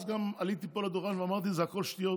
גם אז עליתי פה לדוכן ואמרתי, זה הכול שטויות,